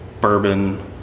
bourbon